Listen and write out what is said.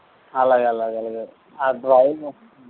అలాగే అలాగే అలాగే ఆ డ్రాయింగు